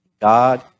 God